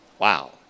Wow